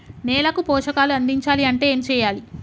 నేలకు పోషకాలు అందించాలి అంటే ఏం చెయ్యాలి?